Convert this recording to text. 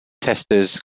testers